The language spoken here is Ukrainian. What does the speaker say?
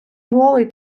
голий